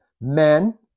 men